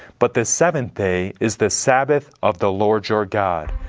but the seventh day is the sabbath of the lord your god,